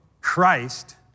Christ